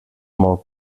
molt